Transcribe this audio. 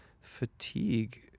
fatigue